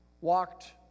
walked